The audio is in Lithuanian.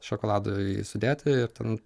šokoladui sudėti ten